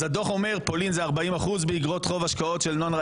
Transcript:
אז הדוח אומר שפולין זה 40% באגרות חוב השקעות של =====,